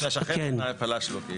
על השכן שפלש לו?